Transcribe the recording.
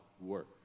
work